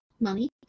money